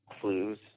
clues